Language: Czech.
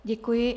Děkuji.